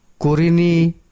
Kurini